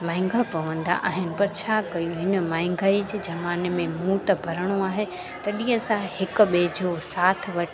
महांगा पवंदा आहिनि पर छा कयूं हिन महंगाई जे ज़माने में मुंहं त भरिणो आहे तॾहिं असां हिक ॿिए जो साथ